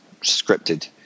scripted